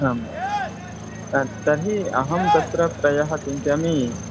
आमां तर्हि अहं तत्र प्रायः चिन्तयामि